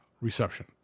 reception